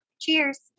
cheers